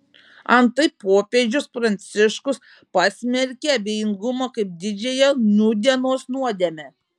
antai popiežius pranciškus pasmerkė abejingumą kaip didžiąją nūdienos nuodėmę